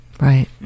right